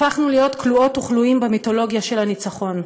הפכנו להיות כלואות וכלואים במיתולוגיה של הניצחון,